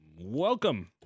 Welcome